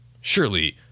surely